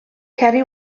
ceri